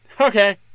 Okay